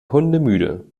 hundemüde